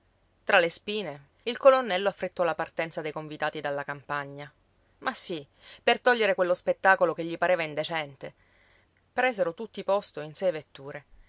tra le spine il colonnello affrettò la partenza dei convitati dalla campagna ma sì per togliere quello spettacolo che gli pareva indecente presero tutti posto in sei vetture